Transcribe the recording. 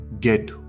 get